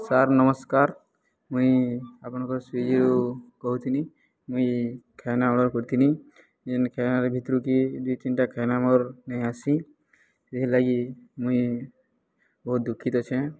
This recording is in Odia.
ସାର୍ ନମସ୍କାର ମୁଇଁ ଆପଣଙ୍କର ସ୍ଵିଗିରୁ କହୁଥିନି ମୁଇଁ ଖାଇନା ଅର୍ଡ଼ର କରିଥିନି ଯେନ୍ ଖାଇନା ଭିତରୁ କି ଦୁଇ ତିନିଟା ଖାଇାନ ମୋର୍ ନେଇଁ ଆସି ଏଥିରଲାଗି ମୁଇଁ ବହୁତ ଦୁଃଖିତ୍ ଅଛେଁ